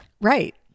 Right